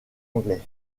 anglais